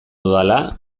dudala